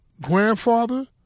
grandfather